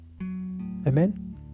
Amen